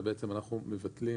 ובעצם אנחנו מבטלים